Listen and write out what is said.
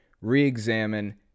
re-examine